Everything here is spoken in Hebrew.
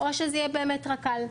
או שזו באמת תהיה רק"ל.